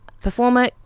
performer